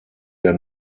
der